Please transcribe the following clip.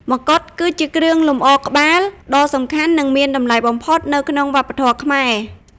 ម្កុដ គឺជាគ្រឿងលម្អក្បាលដ៏សំខាន់ និងមានតម្លៃបំផុតនៅក្នុងវប្បធម៌ខ្មែរ។